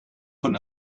von